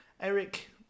Eric